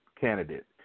candidate